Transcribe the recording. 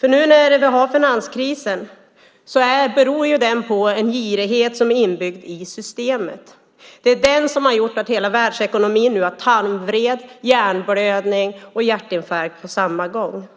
Den finanskris vi nu har beror på en girighet som är inbyggd i systemet. Det är den som har gjort att hela världsekonomin nu har tarmvred, hjärnblödning och hjärtinfarkt på samma gång.